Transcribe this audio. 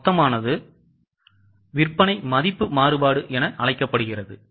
மொத்தமானது விற்பனை மதிப்பு மாறுபாடு என அழைக்கப்படுகிறது